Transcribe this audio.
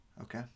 okay